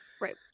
right